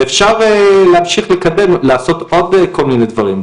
ואפשר להמשיך לעשות עוד כל מיני דברים.